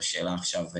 השאלה עכשיו מולכם.